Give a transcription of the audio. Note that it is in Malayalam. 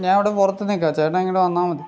ഞാൻ ഇവടെ പുറത്ത് നിൽക്കാം ചേട്ടൻ ഇങ്ങോട്ട് വന്നാൽ മതി